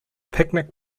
picnic